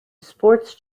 sports